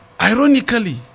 ironically